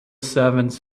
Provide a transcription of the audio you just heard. servants